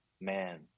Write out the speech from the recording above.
man